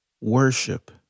worship